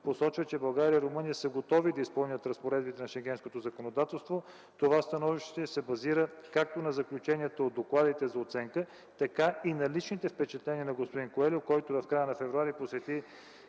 посочва, че България и Румъния са готови да изпълнят разпоредбите на шенгенското законодателство. Това становище се базира както на заключението от докладите за оценка, така и на личните впечатления на господин Куельо, който в края на м. февруари т.г. посети